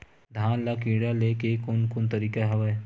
धान ल कीड़ा ले के कोन कोन तरीका हवय?